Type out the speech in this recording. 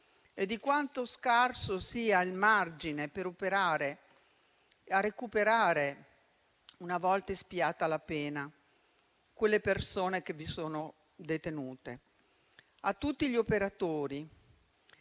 e a quanto scarso sia il margine per recuperare, una volta espiata la pena, quelle persone che vi sono detenute. Il ringraziamento